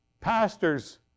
Pastors